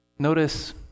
Notice